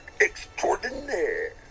extraordinaire